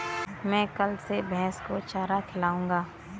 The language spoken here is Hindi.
मैं कल से भैस को चारा खिलाऊँगा